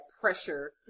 pressure